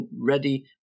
ready